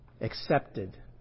accepted